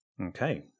Okay